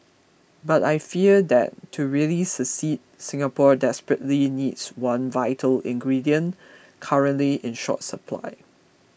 but I fear that to really succeed Singapore desperately needs one vital ingredient currently in short supply